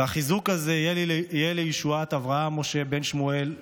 והחיזוק הזה יהיה לישועת אברהם משה בן שמואל וגיטל,